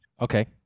okay